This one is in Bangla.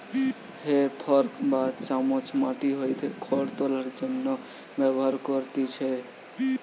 হে ফর্ক বা চামচ মাটি হইতে খড় তোলার জন্য ব্যবহার করতিছে